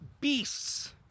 beasts